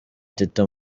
teta